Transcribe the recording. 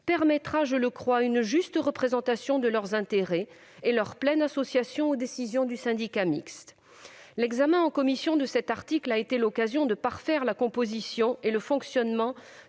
permettra, je le crois, une juste représentation de leurs intérêts et leur pleine association aux décisions du syndicat mixte. L'examen de cet article en commission a été l'occasion de parfaire la composition et le fonctionnement